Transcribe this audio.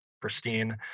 pristine